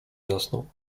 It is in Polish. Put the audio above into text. zasnął